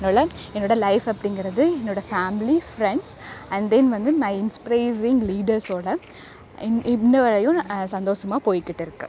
அதனால என்னோடய லைஃப் அப்படிங்கறது என்னோடய ஃபேம்லி ஃப்ரெண்ட்ஸ் அண்ட் தென் வந்து மை இன்ஸ்பைர்ஸிங் லீடர்ஸ்ஸோடய இன் இன்னவரையும் நான் சந்தோஷமாக போய்க்கிட்டு இருக்குது